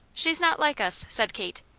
she's not like us, said kate.